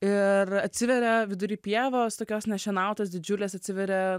ir atsiveria vidury pievos tokios nešienautos didžiulės atsiveria